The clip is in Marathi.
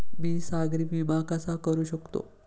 मी सागरी विमा कसा करू शकतो?